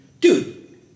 dude